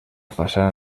façana